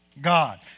God